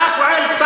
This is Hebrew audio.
אתה פועל,